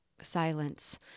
silence